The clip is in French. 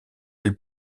elle